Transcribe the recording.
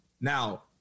Now